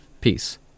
Peace